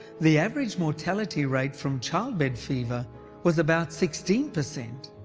the average mortality rate from childbed fever was about sixteen percent.